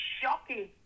shocking